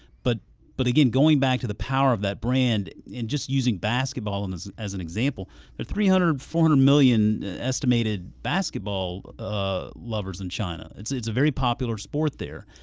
but but again, going back to the power of that brand, and just using basketball and as as an example there are three hundred four hundred million estimated basketball ah lovers in china. it's it's a very popular sport there.